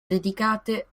dedicate